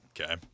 Okay